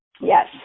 yes